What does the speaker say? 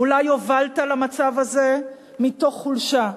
אולי הובלת למצב הזה מתוך חולשה,